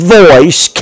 voice